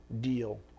deal